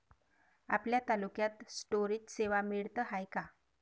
आपल्या तालुक्यात स्टोरेज सेवा मिळत हाये का?